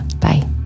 Bye